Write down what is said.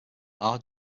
our